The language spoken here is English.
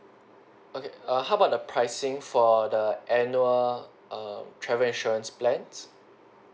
okay err how about the pricing for the annual err travel insurance plans